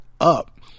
up